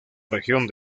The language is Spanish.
región